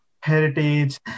heritage